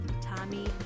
Tommy